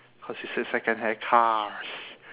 cause you said secondhand cars